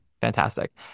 fantastic